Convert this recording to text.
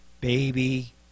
baby